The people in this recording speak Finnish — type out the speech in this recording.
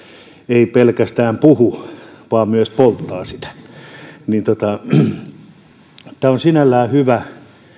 ei pelkästään puhu vaan myös polttaa sitä tämä on sinällään hyvä